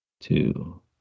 two